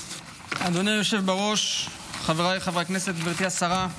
אדוני היושב-ראש, חבריי חברי הכנסת, גברתי השרה,